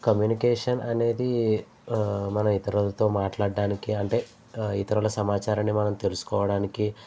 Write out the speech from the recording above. communication అనేది మనం ఇతరులతో మాట్లాడానికి అంటే ఇతరుల సమాచారాన్ని మనం తెలుసుకోవడానికి